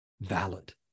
valid